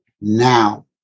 now